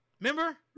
Remember